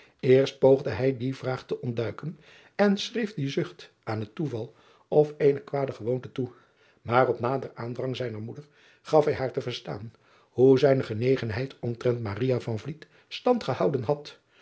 erst poogde hij die vraag te ontduiken en schreef dien zucht aan het toeval of eene kwade gewoonte toe maar op naderen aandrang zijner moeder gaf hij haar te verstaan hoe zijne genegenheid omtrent stand gehouden had